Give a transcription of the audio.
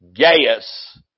Gaius